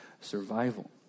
survival